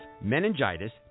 meningitis